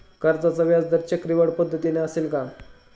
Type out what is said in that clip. कर्जाचा व्याजदर चक्रवाढ पद्धतीने असेल का?